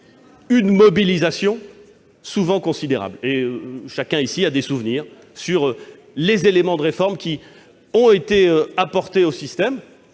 une mobilisation souvent considérables. Chacun ici a des souvenirs des éléments de réforme qui ont été apportés au système